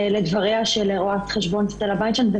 שלום לכולם, אני מתכבד לפתוח את הדיון.